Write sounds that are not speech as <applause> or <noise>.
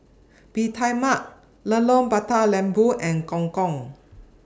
Mee Tai Mak <unintelligible> Mata Lembu and Gong Gong